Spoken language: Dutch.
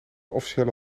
officiële